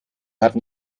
hatten